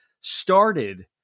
started